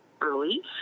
early